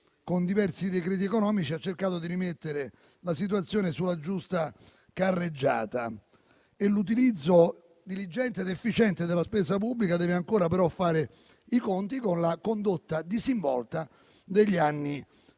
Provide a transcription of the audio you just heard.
con diversi decreti economici ha cercato di rimettere la situazione sulla giusta carreggiata. L'utilizzo diligente ed efficiente della spesa pubblica deve ancora, però, fare i conti con la condotta disinvolta degli anni passati: